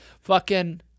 Fucking-